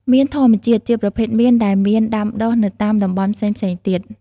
មៀនធម្មតា ជាប្រភេទមៀនដែលមានដាំដុះនៅតាមតំបន់ផ្សេងៗទៀត។